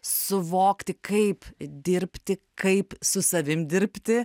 suvokti kaip dirbti kaip su savim dirbti